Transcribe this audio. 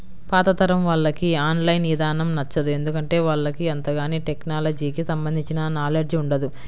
పాతతరం వాళ్లకి online ఇదానం నచ్చదు, ఎందుకంటే వాళ్లకు అంతగాని టెక్నలజీకి సంబంధించిన నాలెడ్జ్ ఉండదు